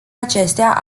acestea